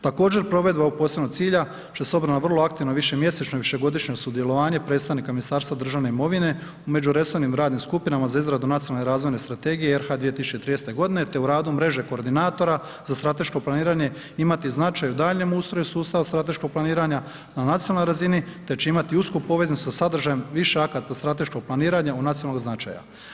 Također provedba ovog posebnog cilja što se ... vrlo aktivno, višemjesečno i višegodišnje sudjelovanje predstavnika Ministarstva državne imovine u međuresornim radnim skupinama za izradu Nacionalne razvojne strategije RH 2013. godine te u radu mreže koordinatora za strateško planiranje imati značaj u daljnjem ustroju sustava strateškog planiranja na nacionalnoj razini te će imati usku povezanost sa sadržajem više akata strateškog planiranja od nacionalnog značaja.